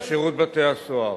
ושירות בתי-הסוהר,